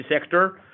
sector